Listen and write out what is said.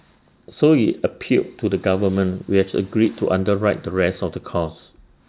so IT appealed to the government which has agreed to underwrite the rest of the cost